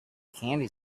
candy